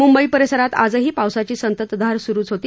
मुंबई परिसरात आजही पावसाची संततधार स्रूच होती